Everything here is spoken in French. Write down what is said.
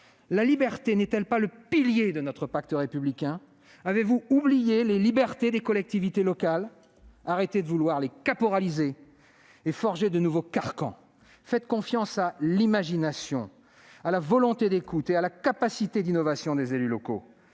La liberté n'est-elle pas le pilier de notre pacte républicain ? Avez-vous oublié les libertés des collectivités locales ? Arrêtez de vouloir les caporaliser et de forger de nouveaux carcans ! Faites confiance à l'imagination, à la volonté d'écoute et à la capacité d'innovation des élus locaux.